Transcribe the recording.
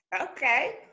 Okay